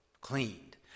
cleaned